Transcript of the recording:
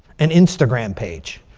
an instagram page.